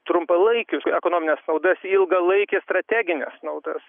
trumpalaikius ekonomines naudas į ilgalaikes strategines naudas